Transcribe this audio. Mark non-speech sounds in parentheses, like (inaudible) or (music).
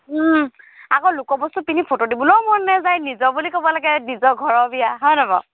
(unintelligible) আকৌ লোকৰ বস্তু পিন্ধি ফটো দিবলৈও মন নাযায় নিজৰ বুলি ক'ব লাগে নিজৰ ঘৰৰ বিয়া হয়নে বাৰু